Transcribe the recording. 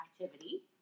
activity